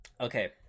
Okay